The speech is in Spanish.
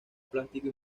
plástico